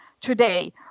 today